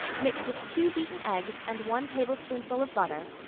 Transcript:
mix with two beaten eggs and one tablespoonful of butter.